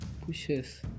pushes